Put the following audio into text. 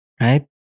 right